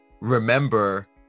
remember